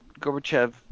Gorbachev –